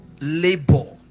labor